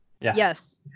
Yes